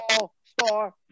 all-star